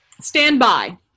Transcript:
standby